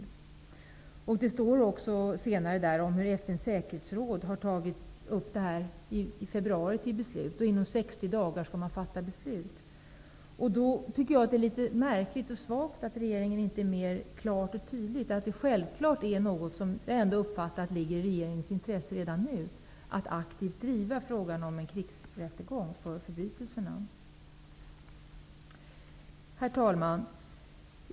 I betänkandet står det också att FN:s säkerhetsråd i februari tog upp detta till beslut och att det inom 60 dagar skulle presenteras en rapport. Då är det litet märkligt och svagt att regeringen inte mer klart och tydligt redan nu aktivt driver frågan om en rättegång för personer som misstänks för krigsförbrytelser. Jag har ändå uppfattat att detta är något som ligger i regeringens intresse. Herr talman!